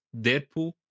Deadpool